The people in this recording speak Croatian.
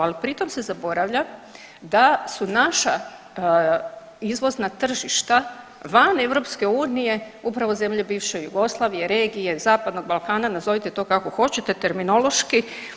Ali pritom se zaboravlja da su naša izvozna tržišta van EU upravo zemlje bivše Jugoslavije, regije, zapadnog Balkana, nazovite to kako hoćete terminološki.